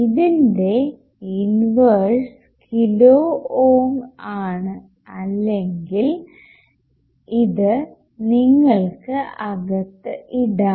ഇതിന്റെ inverse kilo ohm ആണ് അല്ലെങ്കിൽ ഇത് നിങ്ങൾക്ക് അകത്തും ഇടാം